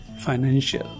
financial